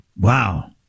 Wow